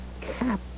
cap